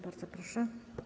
Bardzo proszę.